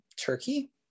Turkey